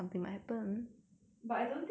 but I don't think I will 故意